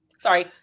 Sorry